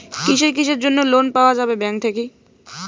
কিসের কিসের জন্যে লোন পাওয়া যাবে ব্যাংক থাকি?